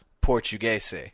Portuguese